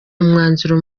umwanzuro